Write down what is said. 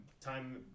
time